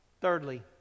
Thirdly